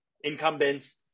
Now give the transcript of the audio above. incumbents